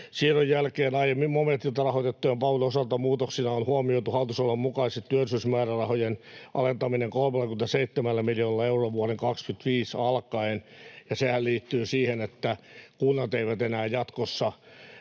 Siirron jälkeen aiemmin momentilta rahoitettujen palveluiden osalta muutoksina on huomioitu hallitusohjelman mukainen työllisyysmäärärahojen alentaminen 37 miljoonalla eurolla vuoden 25 alkaen, ja sehän liittyy siihen, että kunnat eivät enää jatkossa